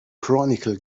chronicle